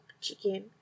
chicken